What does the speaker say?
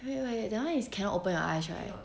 wait wait wait that [one] is cannot open your eyes right